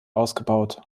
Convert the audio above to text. ausgebaut